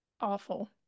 awful